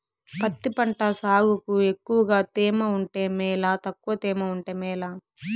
పత్తి పంట సాగుకు ఎక్కువగా తేమ ఉంటే మేలా తక్కువ తేమ ఉంటే మేలా?